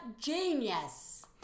genius